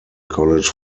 college